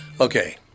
Okay